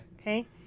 Okay